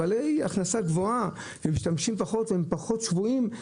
שהם בעלי הכנסה גבוהה והם משתמשים פחות בתחבורה הציבורית,